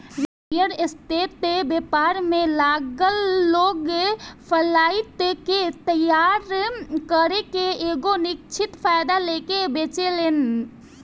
real estate व्यापार में लागल लोग फ्लाइट के तइयार करके एगो निश्चित फायदा लेके बेचेलेन